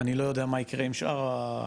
אני לא יודע מה יקרה עם שאר המורות,